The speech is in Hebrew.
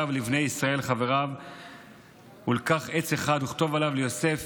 ולבני ישראל חברו ולקח עץ אחד וכתוב עליו ליוסף